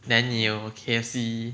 then 你有 K_F_C